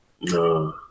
No